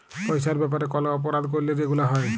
পইসার ব্যাপারে কল অপরাধ ক্যইরলে যেগুলা হ্যয়